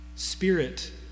spirit